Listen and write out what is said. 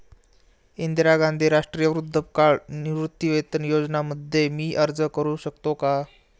इंदिरा गांधी राष्ट्रीय वृद्धापकाळ निवृत्तीवेतन योजना मध्ये मी अर्ज का करू शकतो का?